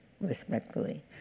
respectfully